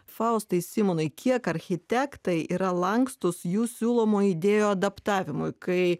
faustai simonai kiek architektai yra lankstūs jų siūlomų idėjų adaptavimui kai